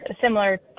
similar